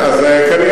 כן, אז כנראה